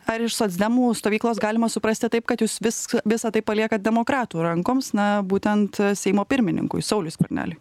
ar iš socdemų stovyklos galima suprasti taip kad jūs vis visa tai paliekat demokratų rankoms na būtent seimo pirmininkui sauliui skverneliui